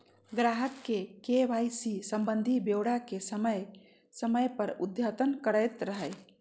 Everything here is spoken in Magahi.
ग्राहक के के.वाई.सी संबंधी ब्योरा के समय समय पर अद्यतन करैयत रहइ